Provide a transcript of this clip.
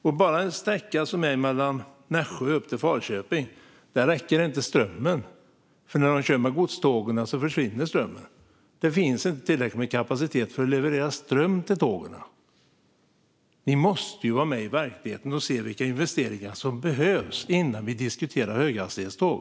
På sträckan mellan Nässjö och Falköping räcker inte strömmen - när de kör med godstågen försvinner strömmen. Det finns inte tillräckligt med kapacitet för att leverera ström till tågen. Ni måste ju vara med i verkligheten och se vilka investeringar som behövs innan vi diskuterar höghastighetståg.